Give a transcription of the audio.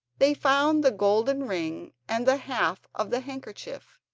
they found the golden ring and the half of the handkerchief.